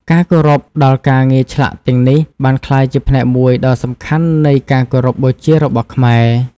ការគោរពដល់ការងារឆ្លាក់ទាំងនេះបានក្លាយជាផ្នែកមួយដ៏សំខាន់នៃការគោរពបូជារបស់ខ្មែរ។